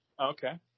Okay